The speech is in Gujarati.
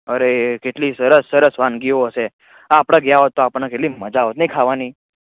અરે કેટલી સરસ સરસ વાનગીઓ હશે આપણે ગયા હોત તો આપણને કેટલી મજા આવત નહીં ખાવાની